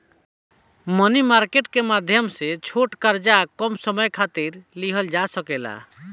मनी market के माध्यम से छोट कर्जा कम समय खातिर लिहल जा सकेला